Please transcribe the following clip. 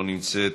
לא נמצאת,